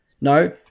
No